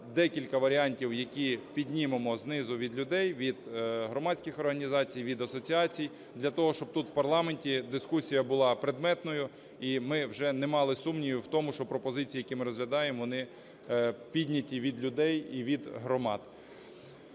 декілька варіантів, які піднімемо знизу від людей, від громадських організацій, від асоціацій для того, щоб тут в парламенті дискусія була предметною, і ми вже не мали сумнівів в тому, що пропозиції, які ми розглядаємо, вони підняті від людей і від громад.